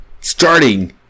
starting